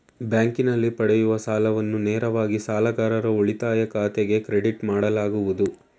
ಬ್ಯಾಂಕಿನಲ್ಲಿ ಪಡೆಯುವ ಸಾಲವನ್ನು ನೇರವಾಗಿ ಸಾಲಗಾರರ ಉಳಿತಾಯ ಖಾತೆಗೆ ಕ್ರೆಡಿಟ್ ಮಾಡಲಾಗುವುದು